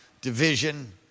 division